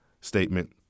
statement